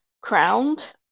crowned